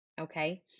okay